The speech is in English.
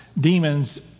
demons